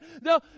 No